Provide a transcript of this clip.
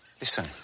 Listen